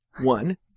One